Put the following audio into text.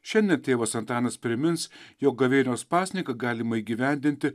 šiandien tėvas antanas primins jog gavėnios pasninką galima įgyvendinti